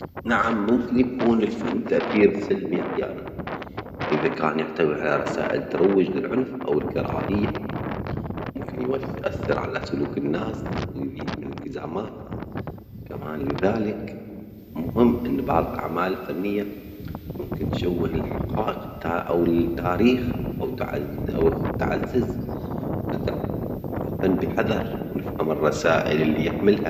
نعم، ممكن يكون للفن تأثير سلبي أحيانًا إذا كان يحتوي على رسائل تروج للعنف أو الكراهية، ممكن يو-يؤثر على سلوك الناس ويزيد من الالتزامات كمان، لذلك مهم أن بعض الأعمال الفنية ممكن تشوه الحجائج أو التاريخ أو تعز- أو تعزز التع مع الفن بحذر ونفهم الرسائل اليحملها.